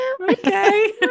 okay